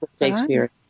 Shakespeare